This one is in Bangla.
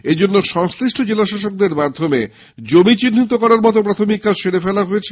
এরজন্য সংশ্লিষ্ট জেলাশাসকদের মাধ্যমে জমি চিহ্নিতকরনের মত প্রাথমিক কাজ সেরে ফেলা হয়েছে